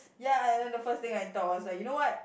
ya and then the first thing I thought was like you know what